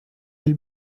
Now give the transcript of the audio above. will